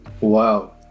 Wow